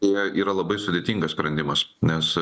jie yra labai sudėtingas sprendimas nes